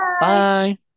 bye